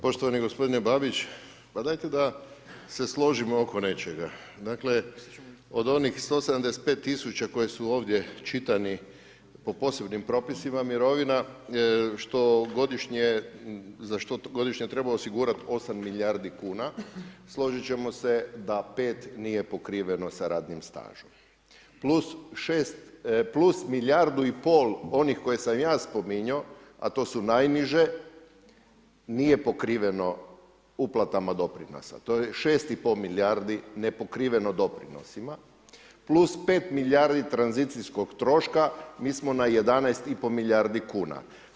Poštovani gospodine Babić pa dajte da se složimo oko nečega, dakle od onih 175 000 koji su ovdje čitani po posebnim propisima mirovina što godišnje, za što godišnje treba osigurat 8 milijardi kuna, složit ćemo se da 5 nije pokriveno sa radnim stažom, plus milijardu i pol onih koje sam ja spominjao, a to su najniže nije pokriveno uplatama doprinosa, to je 6 i pol milijardi nepokriveno doprinosima plus 5 milijardi tranzicijskog troška, mi smo na 11 i pol milijardi kuna.